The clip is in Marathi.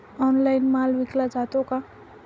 ऑनलाइन माल विकला जातो का?